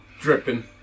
Dripping